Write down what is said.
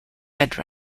etc